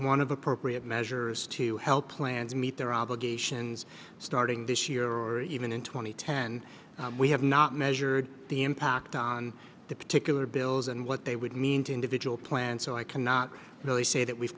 one of appropriate measures to help plan to meet their obligations starting this year or even in two thousand and ten we have not measured the impact on the particular bills and what they would mean to individual plans so i cannot really say that we've